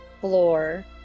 floor